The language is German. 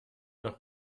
nach